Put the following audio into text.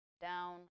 down